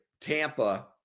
Tampa